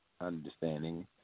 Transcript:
understanding